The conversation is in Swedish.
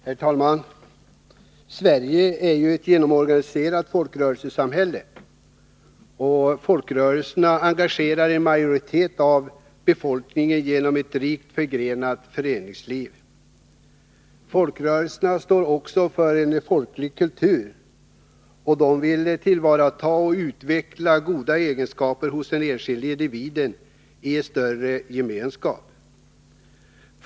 Herr talman! Sverige är ett genomorganiserat folkrörelsesamhälle. Folkrörelserna engagerar en majoritet av befolkningen genom ett rikt förgrenat föreningsliv. Folkrörelserna står också för en folklig kultur. De vill tillvarata och utveckla goda egenskaper hos den enskilde individen i en större gemenskap.